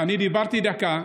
אדוני, אני דיברתי דקה.